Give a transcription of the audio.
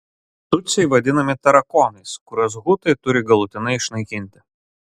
tutsiai vadinami tarakonais kuriuos hutai turi galutinai išnaikinti